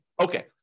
Okay